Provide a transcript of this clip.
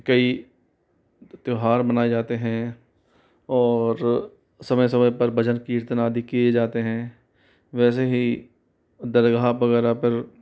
कई त्योहार मनाए जाते हैं और समय समय पर भजन कीर्तन आदि किए जाते हैं वैसे ही दरगाह वगैरह पर